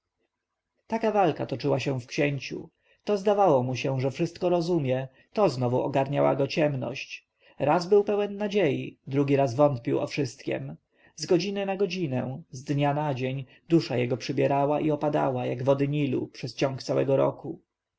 taka walka toczyła się w księciu to zdawało mu się że wszystko rozumie to znowu ogarniała go ciemność raz był pełen nadziei drugi raz wątpił o wszystkiem z godziny na godzinę z dnia na dzień dusza jego przybierała i opadała jak wody nilu przez ciąg całego roku